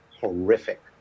horrific